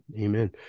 Amen